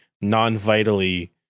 non-vitally